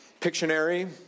Pictionary